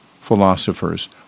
philosophers